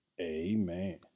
amen